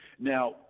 Now